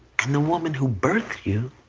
and the woman who birthed you,